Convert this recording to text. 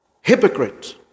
hypocrite